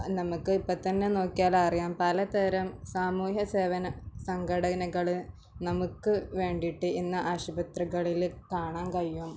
നമുക്ക് ഇപ്പം തന്നെ നോക്കിയാലറിയാം പല തരം സാമൂഹ്യ സേവന സംഘടനകള് നമുക്ക് വേണ്ടിയിട്ട് ഇന്ന് ആശുപത്രികളില് കാണാൻ കഴിയും